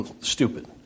stupid